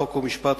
חוק ומשפט,